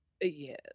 Yes